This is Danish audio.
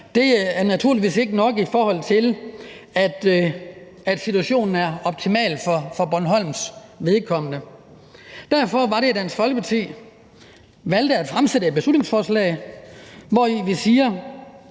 gøre – naturligvis ikke er nok, set i forhold til at situationen er optimal for Bornholms vedkommende. Derfor var det, at Dansk Folkeparti valgte at fremsætte et beslutningsforslag, hvor vi brugte